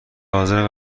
حاضر